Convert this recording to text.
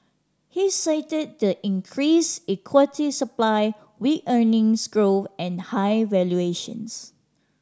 he cited the increased equity supply weak earnings growth and high valuations